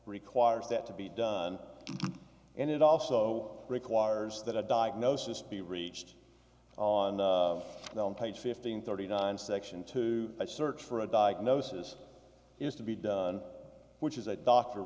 requires that to be done and it also requires that a diagnosis be reached on the on page fifteen thirty nine section to search for a diagnosis is to be done which is a doctor